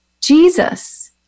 Jesus